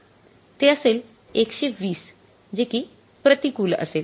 ते असेल १२० जे कि प्रतिकूल असेल